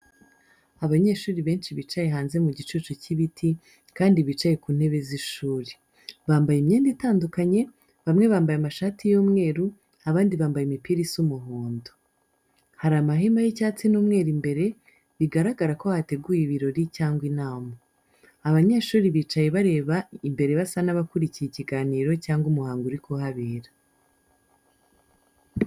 Abanyeshuri benshi bicaye hanze mu gicucu cy'ibiti kandi bicaye ku ntebe z'ishuri. Bambaye imyenda itandukanye, bamwe bambaye amashati y'umweru, abandi bambaye imipira isa umuhondo. Hari amahema y'icyatsi n'umweru imbere, bigaragara ko hateguwe ibirori cyangwa inama. Abanyeshuri bicaye bareba imbere basa n'abakurikiye ikiganiro cyangwa umuhango uri kuhabera.